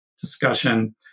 discussion